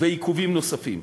ועיכובים נוספים.